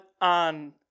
on